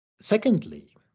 Secondly